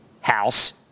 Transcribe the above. House